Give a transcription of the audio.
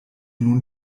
nun